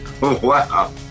Wow